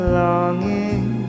longing